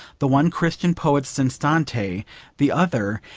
the one christian poet since dante the other,